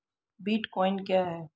Bitcoin क्या है?